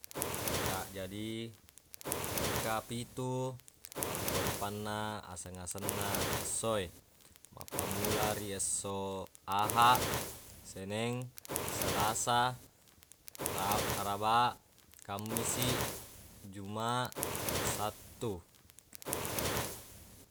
Ya jadi engka pitu rupa-rupanna aseng-asenna essoe mappammula ri esso ahaq, seneng, selasa, rab- araba, kammisi, juma, sattu